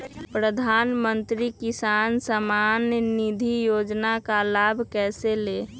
प्रधानमंत्री किसान समान निधि योजना का लाभ कैसे ले?